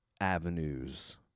avenues